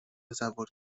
تصور